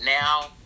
Now